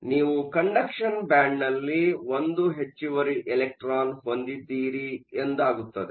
ಅಂದರೆ ನೀವು ಕಂಡಕ್ಷನ್ ಬ್ಯಾಂಡ್ನಲ್ಲಿ 1 ಹೆಚ್ಚುವರಿ ಎಲೆಕ್ಟ್ರಾನ್ ಹೊಂದಿದ್ದೀರಿ ಎಂದಾಗುತ್ತದೆ